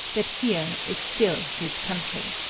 that here is still his country.